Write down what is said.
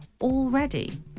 already